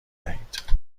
دهید